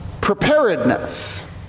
preparedness